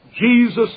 Jesus